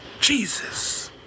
Jesus